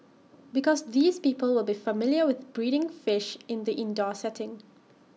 because these people will be familiar with breeding fish in the indoor setting